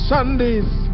Sunday's